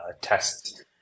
tests